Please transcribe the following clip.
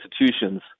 institutions